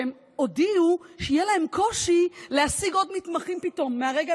שהודיעו שיהיה להם קושי להשיג פתאום עוד מתמחים מהרגע